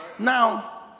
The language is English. Now